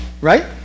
Right